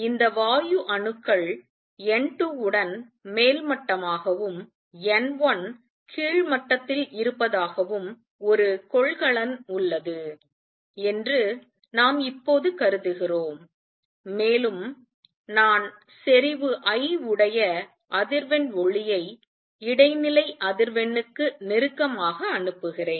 இந்த வாயு அணுக்கள் n 2 உடன் மேல் மட்டமாகவும் n 1 கீழ் மட்டத்தில் இருப்பதாகவும் ஒரு கொள்கலன் உள்ளது என்று நாம் இப்போது கருதுகிறோம் மேலும் நான் செறிவு I உடைய அதிர்வெண் ஒளியை இடைநிலை அதிர்வெண்ணிற்கு நெருக்கமாக அனுப்புகிறேன்